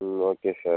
ம் okay sir